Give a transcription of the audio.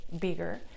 bigger